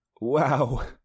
Wow